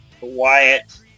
Wyatt